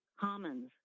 commons